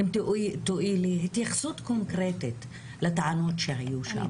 אם תואילי, התייחסות קונקרטית לטענות שהיו שם.